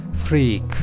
Freak